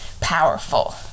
powerful